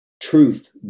truth